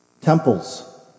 temples